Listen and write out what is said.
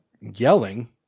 yelling